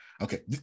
okay